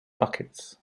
buckets